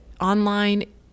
online